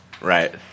Right